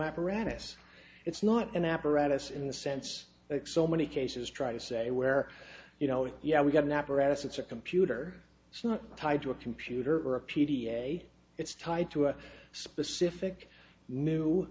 apparatus it's not an apparatus in the sense that so many cases try to say where you know yeah we got an apparatus it's a computer it's not tied to a computer or a p t a it's tied to a specific new